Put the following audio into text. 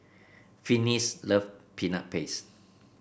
Finis love Peanut Paste